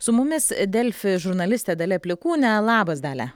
su mumis delfi žurnalistė dalia plikūnė labas dalia